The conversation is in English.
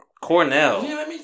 Cornell